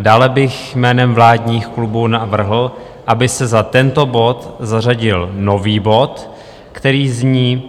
Dále bych jménem vládních klubů navrhl, aby se za tento bod zařadil nový bod, který zní